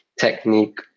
technique